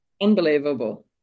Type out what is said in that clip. Unbelievable